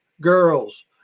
girls